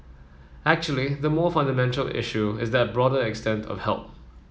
actually the more fundamental issue is that broader extent of help